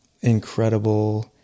incredible